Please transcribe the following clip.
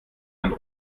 einen